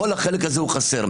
כל החלק הזה הוא חסר.